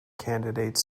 candidate